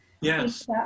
Yes